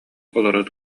олорор